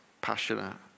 passionate